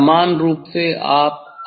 समान रूप से आप आगे बढ़ सकते हैं